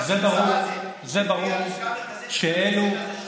זה ברור שאלו, ועדיין אין להם.